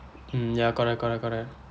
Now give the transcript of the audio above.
mm ya correct correct correct